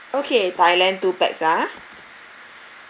okay thailand two pax ah